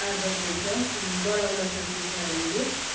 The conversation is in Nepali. आदत हुन्छ बढाउन सकिन्छ हामीले